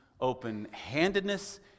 open-handedness